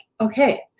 okay